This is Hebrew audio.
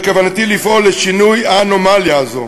בכוונתי לפעול לשינוי האנומליה הזאת